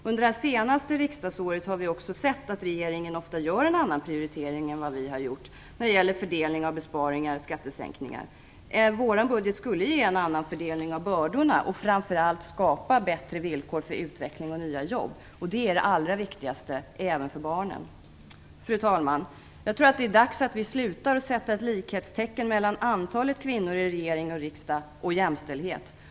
Under det senaste riksdagsåret har vi också sett att regeringen ofta gör en annan prioritering än vad vi har gjort när det gäller fördelning av besparingar och skattesänkningar. Vår budget skulle ge en annan fördelning av bördorna, och framför allt skapa bättre villkor för utveckling och nya jobb. Det är det allra viktigaste, även för barnen. Fru talman! Det är dags att vi slutar att sätta likhetstecken mellan antalet kvinnor i regering och riksdag och jämställdhet.